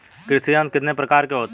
कृषि यंत्र कितने प्रकार के होते हैं?